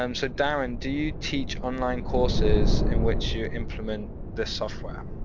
um so darrin, do you teach online courses in which you implement the software?